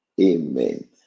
Amen